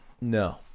No